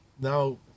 now